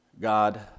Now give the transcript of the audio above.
God